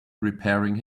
repairing